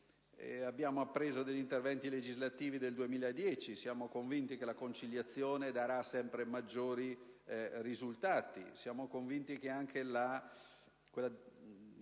Abbiamo ricordato degli interventi legislativi del 2010. Siamo convinti che la conciliazione darà sempre maggiori risultati. Siamo convinti altresì che la possibilità